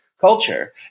culture